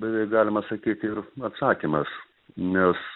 beveik galima sakyti ir atsakymas nes